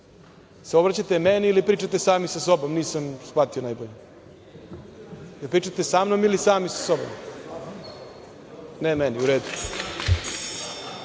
se obraćate meni ili pričate sami sa sobom? Nisam shvatio najbolje. Jel pričate sa mnom ili sami sa sobom? Ne meni, u redu.